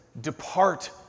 depart